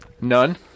None